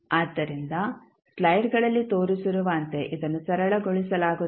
ಆದ್ದರಿಂದ ಸ್ಲೈಡ್ಗಳಲ್ಲಿ ತೋರಿಸಿರುವಂತೆ ಇದನ್ನು ಸರಳಗೊಳಿಸಲಾಗುತ್ತದೆ